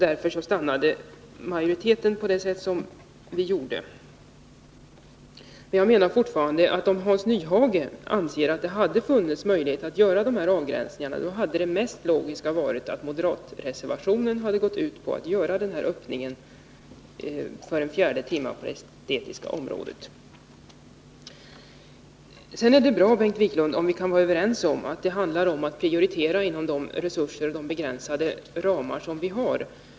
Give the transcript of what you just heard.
Därför stannade majoriteten för det förslag vi framställde. Jag menar fortfarande, att om Hans Nyhage ansett att det hade funnits möjlighet att göra dessa avgränsningar, hade det mest logiska varit att i den moderata reservationen göra en sådan öppning för en fjärde timme på det estetiska området. Sedan är det bra om Bengt Wiklund och jag kan vara överens om att det handlar om att prioritera inom de resurser vi har.